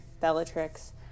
Bellatrix